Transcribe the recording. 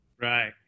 Right